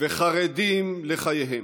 וחרדים לחייהם,